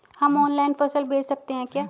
हम ऑनलाइन फसल बेच सकते हैं क्या?